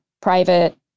private